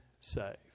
saved